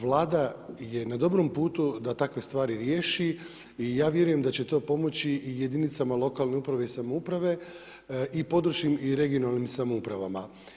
Vlada je na dobrom putu da takve stvari riješi i ja vjerujem da će to pomoći i jedinicama lokalne samouprave i područnim i regionalni samoupravama.